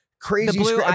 crazy